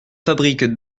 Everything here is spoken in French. fabriques